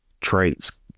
traits